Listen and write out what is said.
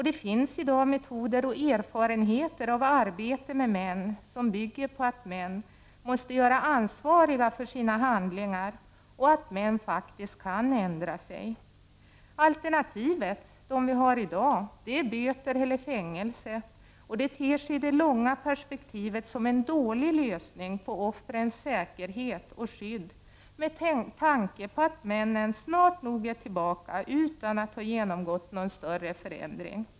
Det finns i dag metoder och erfarenheter av arbete med män som bygger på att män måste göras ansvariga för sina handlingar och att män faktiskt kan ändra sig. De alternativ som vi har i dag, böter eller fängelse, ter sig i det långa perspektivet som en dålig lösning på problemet med offrens säkerhet och skydd, med tanke på att männen snart nog är tillbaka, utan att ha genomgått någon större förändring.